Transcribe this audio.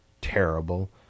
terrible